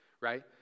right